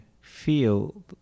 feel